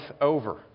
over